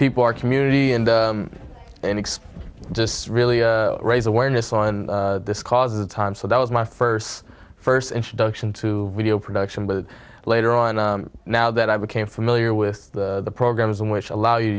people our community and and express just really raise awareness on this cause the time so that was my first first introduction to video production but later on now that i became familiar with the programs in which allow you